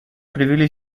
привели